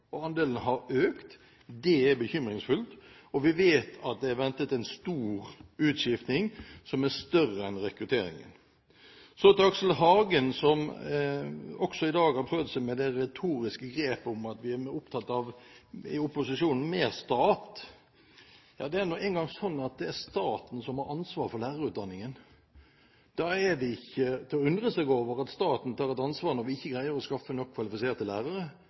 og andelen har økt. Det er bekymringsfullt. Og vi vet at det er ventet en stor utskiftning, som er større enn rekrutteringen. Så til Aksel Hagen, som også i dag har prøvd seg med det retoriske grep at vi i opposisjonen er opptatt av mer stat. Det er nå engang sånn at det er staten som har ansvaret for lærerutdanningen. Da er det ikke til å undre seg over at staten tar ansvar når vi ikke greier å skaffe nok kvalifiserte lærere.